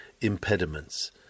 impediments